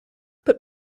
but